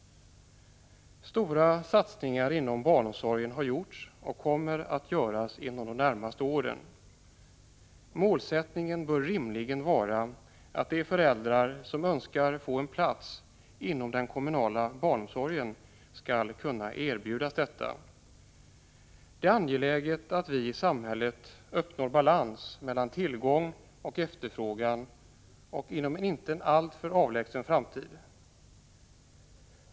Stora satsningar inom barnomsorgen har gjorts och kommer att göras inom de närmaste åren. Målsättningen bör rimligen vara att de föräldrar som önskar få en plats inom den kommunala barnomsorgen skall kunna erbjudas detta. Det är angeläget att vi i samhället uppnår balans mellan tillgång och efterfrågan inom en inte alltför avlägsen framtid.